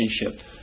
relationship